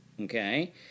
Okay